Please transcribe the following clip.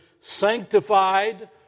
sanctified